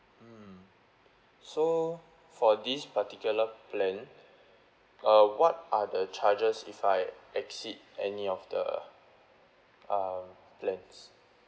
mm so for this particular plan uh what are the charges if I exceed any of the um plans